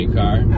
car